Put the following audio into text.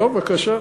טוב, בבקשה.